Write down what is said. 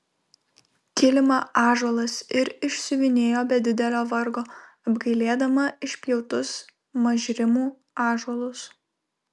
kilimą ąžuolas ir išsiuvinėjo be didelio vargo apgailėdama išpjautus mažrimų ąžuolus